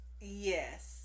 yes